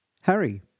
Harry